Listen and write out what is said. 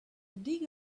dig